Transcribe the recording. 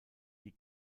die